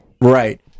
right